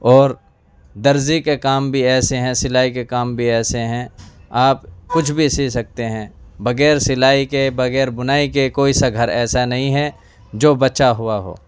اور درزی کے کام بھی ایسے ہیں سلائی کے کام بھی ایسے ہیں آپ کچھ بھی سی سکتے ہیں بغیر سلائی کے بغیر بنائی کے کوئی سا گھر ایسا نہیں ہے جو بچا ہوا ہو